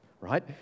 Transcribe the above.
right